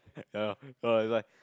ya is like